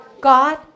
God